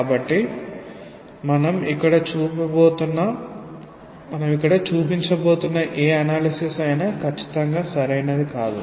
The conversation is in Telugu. కాబట్టి మనం ఇక్కడ చూపునచబోతున్న ఏ విశ్లేషణ అయినా ఖచ్చితంగా సరైనది కాదు